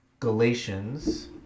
Galatians